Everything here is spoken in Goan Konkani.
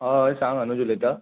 हय सांग अनूच उलयता